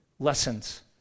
Lessons